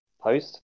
post